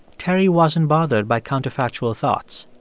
terry wasn't bothered by counterfactual thoughts.